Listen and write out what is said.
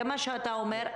זה מה שאתה אומר.